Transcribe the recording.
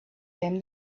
him